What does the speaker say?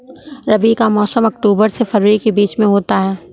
रबी का मौसम अक्टूबर से फरवरी के बीच में होता है